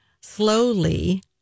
slowly